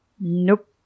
Nope